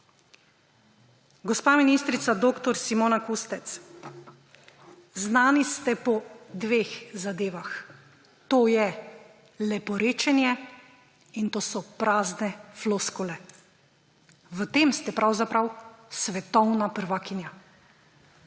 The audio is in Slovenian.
Gospa ministrica dr. Simona Kustec, znani ste po dveh zadevah: to je leporečenje in to so prazne floskule. V tem ste pravzaprav svetovna prvakinja.